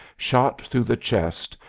shot through the chest,